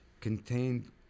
contained